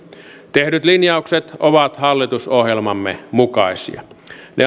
tehdyt linjaukset ovat hallitusohjelmamme mukaisia ne